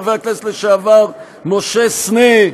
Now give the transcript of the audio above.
חבר הכנסת לשעבר משה סנה,